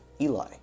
Eli